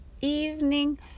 evening